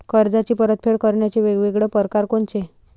कर्जाची परतफेड करण्याचे वेगवेगळ परकार कोनचे?